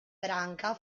branca